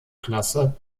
klasse